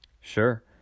Sure